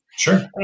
Sure